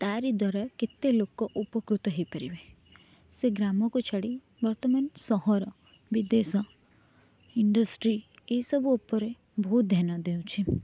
ତାରି ଦ୍ୱାରା କେତେ ଲୋକ ଉପକୃତ ହେଇପାରିବେ ସେ ଗ୍ରାମକୁ ଛାଡ଼ି ବର୍ତ୍ତମାନ ସହର ବିଦେଶ ଇଣ୍ଡଷ୍ଟ୍ରି ଏସବୁ ଉପରେ ବହୁତ ଧ୍ୟାନ ଦେଉଛି